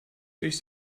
durch